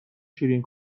شیرین